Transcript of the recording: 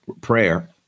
prayer